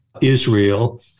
Israel